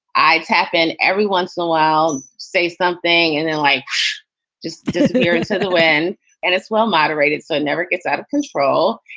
i tap in every once in a while, say something, and then i just disappear into the wind and it's well moderated so it never gets out of control.